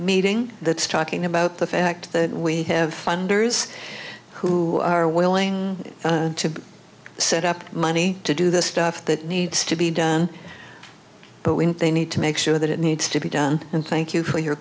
meeting that's talking about the fact that we have funders who are willing to set up money to do the stuff that needs to be done but when they need to make sure that it needs to be done and thank you for your